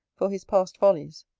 for his past follies.